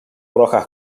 rojas